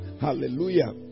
hallelujah